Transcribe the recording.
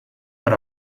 got